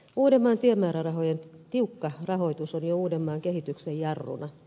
uudenmaan tiemäärärahojen tiukka rahoitus on jo uudenmaan kehityksen jarruna